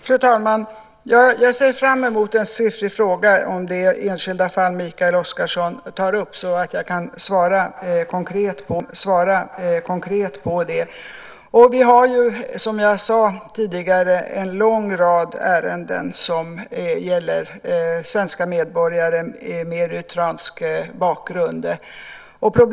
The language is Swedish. Fru talman! Jag ser fram emot en skriftlig fråga om det enskilda fall Mikael Oscarsson tar upp så att jag kan svara konkret på det. Vi har som jag tidigare sade en lång rad ärenden som gäller svenska medborgare med eritreansk bakgrund.